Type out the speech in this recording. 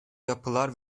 yapılar